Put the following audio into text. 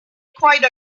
quite